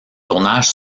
tournage